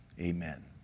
Amen